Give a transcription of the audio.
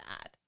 add